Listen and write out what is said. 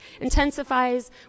intensifies